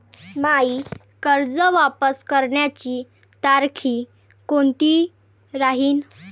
मायी कर्ज वापस करण्याची तारखी कोनती राहीन?